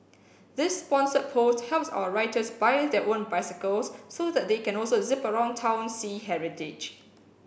this sponsored post helps our writers buy their own bicycles so that they can also zip around town see heritage